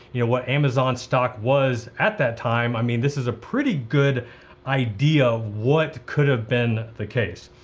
you know, what amazon stock was at that time. i mean, this is a pretty good idea of what could have been the case.